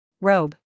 Robe